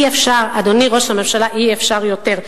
אי-אפשר, אדוני ראש הממשלה, אי-אפשר יותר.